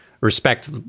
respect